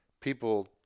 people